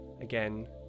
again